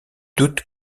doute